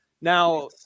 Now